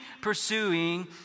pursuing